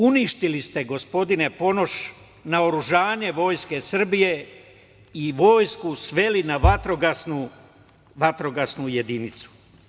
Uništili ste, gospodine Ponoš, naoružanje vojske Srbije i vojsku sveli na vatrogasnu jedinicu.